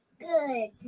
Good